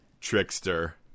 trickster